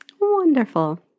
Wonderful